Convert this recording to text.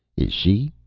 is she.